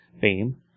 fame